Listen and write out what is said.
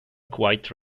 quite